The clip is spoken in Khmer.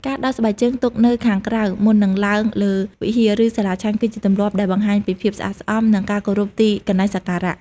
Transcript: ការដោះស្បែកជើងទុកនៅខាងក្រៅមុននឹងឡើងលើវិហារ ឬសាលាឆាន់ គឺជាទម្លាប់ដែលបង្ហាញពីភាពស្អាតស្អំ និងការគោរពទីកន្លែងសក្ការៈ។